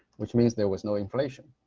which means there was no inflation.